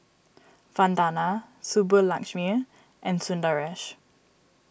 Vandana Subbulakshmi and Sundaresh